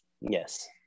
Yes